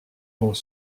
vont